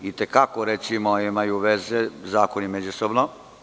I te kako recimo imaju veze zakoni međusobno.